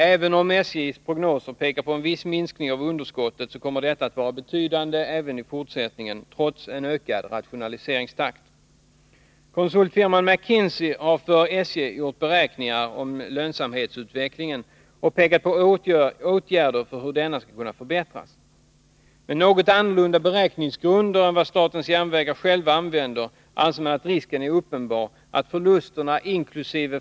Även om SJ:s prognoser pekar på en viss minskning av underskottet, kommer detta att vara betydande även i fortsättningen, trots en ökad rationaliseringstakt. Konsultfirman McKinsey har för SJ gjort beräkningar om lönsamhetsut vecklingen och pekat på åtgärder för hur denna skall kunna förbättras. Med något annorlunda beräkningsgrunder än de SJ använder anser man att risken är uppenbar att förlusterna, inkl.